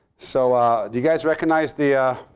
so do you guys recognize the ah